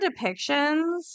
depictions